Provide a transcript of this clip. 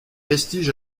vestiges